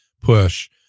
push